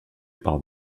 par